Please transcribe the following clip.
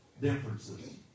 differences